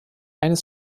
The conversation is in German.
eines